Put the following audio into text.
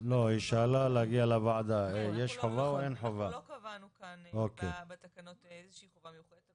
לא קבענו כאן בתקנות לאיזו שהיא חובה מיוחדת,